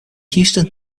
houston